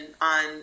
on